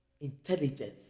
intelligence